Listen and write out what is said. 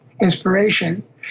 inspiration